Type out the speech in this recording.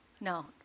no